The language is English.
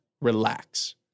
relax